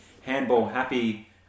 handball-happy